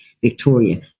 Victoria